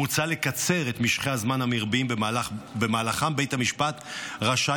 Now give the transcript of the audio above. מוצע לקצר את משכי הזמן המרביים שבמהלכם בית המשפט רשאי